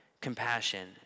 compassion